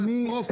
קטסטרופה.